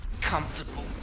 comfortable